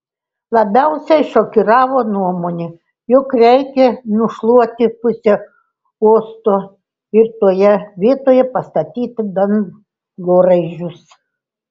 labiausiai šokiravo nuomonė jog reikia nušluoti pusę uosto ir toje vietoje pastatyti dangoraižius